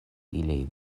ili